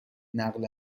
نقل